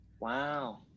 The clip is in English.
Wow